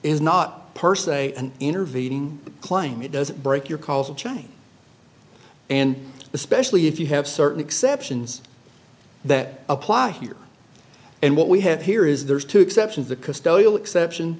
is not per se an intervening claim it does break your calls and especially if you have certain exceptions that apply here and what we have here is there's two exceptions the custodial exception